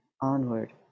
onward